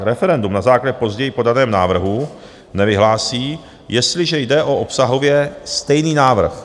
Referendum na základě později podaného návrhu nevyhlásí, jestliže jde o obsahově stejný návrh.